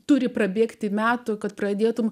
turi prabėgti metų kad pradėtumei